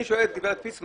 אני שואל את גברת פיסמן.